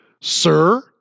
sir